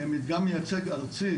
מדגם מייצג ארצי,